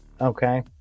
okay